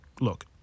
look